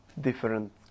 different